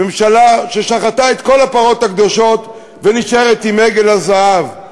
ממשלה ששחטה את כל הפרות הקדושות ונשארת עם עגל הזהב,